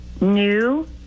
new